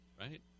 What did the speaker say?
right